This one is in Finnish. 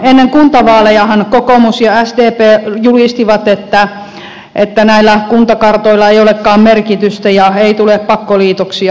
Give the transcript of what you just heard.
ennen kuntavaalejahan kokoomus ja sdp julistivat että näillä kuntakartoilla ei olekaan merkitystä ja ei tule pakkoliitoksia